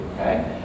Okay